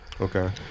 Okay